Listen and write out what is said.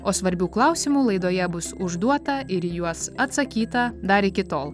o svarbių klausimų laidoje bus užduota ir juos atsakyta dar iki tol